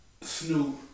Snoop